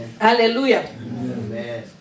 Hallelujah